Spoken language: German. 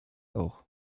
auch